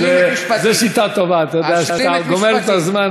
תודה, אדוני.